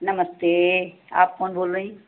नमस्तेम आप कोन बोल रहीं